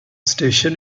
station